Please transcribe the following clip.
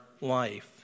life